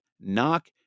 Knock